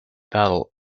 battle